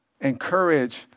Encourage